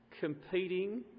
competing